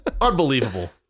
Unbelievable